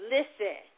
Listen